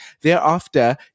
Thereafter